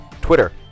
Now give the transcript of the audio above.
Twitter